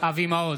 אבי מעוז,